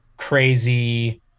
Crazy